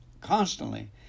constantly